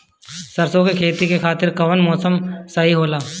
सरसो के खेती के खातिर कवन मौसम सही होला?